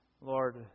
Lord